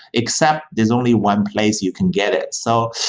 except there's only one place you can get it. so,